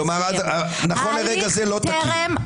כלומר, נכון לרגע זה, זה לא תקין.